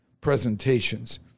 presentations